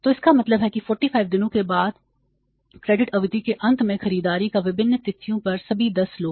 तो इसका मतलब है कि 45 दिनों के बाद क्रेडिट अवधि के अंत में खरीदारी की विभिन्न तिथियों पर सभी 10 लोग